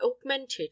augmented